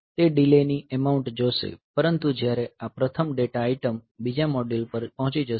તે ડીલેની એમાઉન્ટ જોશે પરંતુ જ્યારે આ પ્રથમ ડેટા આઇટમ બીજા મોડ્યુલ પર પહોંચી જશે